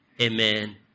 Amen